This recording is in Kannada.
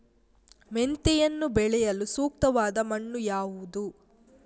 ಮೆಂತೆಯನ್ನು ಬೆಳೆಯಲು ಸೂಕ್ತವಾದ ಮಣ್ಣು ಯಾವುದು?